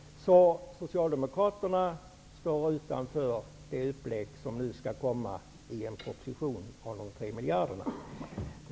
Socialdemokraterna står alltså utanför det förslag som skall presenteras i en proposition om de 3 miljarderna.